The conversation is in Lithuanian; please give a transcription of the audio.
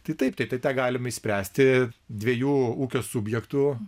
tai taip tai tą galima išspręsti dviejų ūkio subjektų